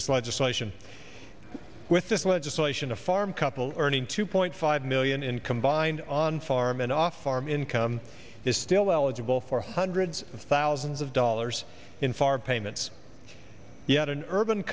this legislation with this legislation a farm couple earning two point five million in combined on farm and off farm income is still eligible for hundreds of thousands of dollars in foreign payments yet an urban